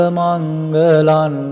mangalan